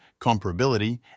comparability